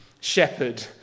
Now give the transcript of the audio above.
shepherd